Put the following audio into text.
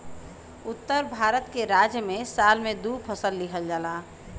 उत्तर भारत के राज्य में साल में दू फसल लिहल जाला